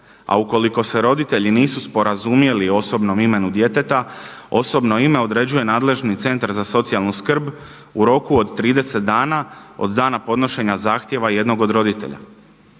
a ukoliko se roditelji nisu sporazumjeli o osobnom imenu djeteta osobno ime određuje nadležni Centar za socijalnu skrb u roku od 30 dana od dana podnošenja zahtjeva jednog od roditelja.